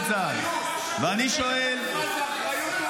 ואני שואל --- הוא אומר אחריות.